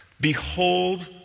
Behold